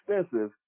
expensive